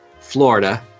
Florida